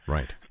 Right